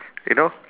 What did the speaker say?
you know